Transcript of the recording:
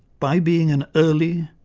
by being an early,